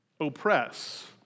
oppress